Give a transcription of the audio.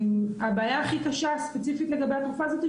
הבעיה הכי קשה ספציפית לגבי התרופה הזאת היא